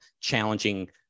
challenging